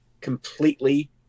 completely